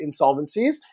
insolvencies